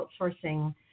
outsourcing